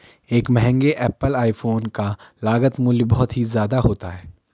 एक महंगे Apple iPhone का लागत मूल्य बहुत ही ज्यादा होता है